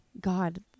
God